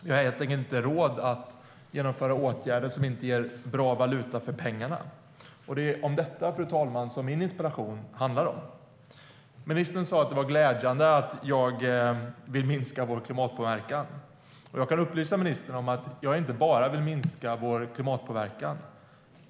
Vi har egentligen inte råd att vidta åtgärder som inte ger bra valuta för pengarna. Det är detta, fru talman, som min interpellation handlar om. Ministern sa att det är glädjande att jag vill minska vår klimatpåverkan. Jag kan upplysa ministern om att jag inte bara vill minska vår klimatpåverkan.